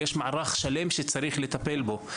יש מערך שלם שצריך לטפל בו,